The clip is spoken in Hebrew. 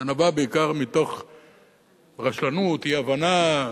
זה נבע בעיקר מרשלנות, אי-הבנה,